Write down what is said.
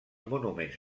monuments